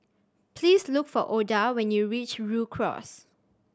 please look for Oda when you reach Rhu Cross